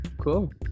Cool